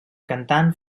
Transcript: cantant